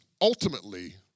ultimately